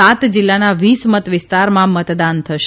સાત જિલ્લા ના વીસ મત વિસ્તારમાં મતદાન થશે